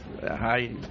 Hi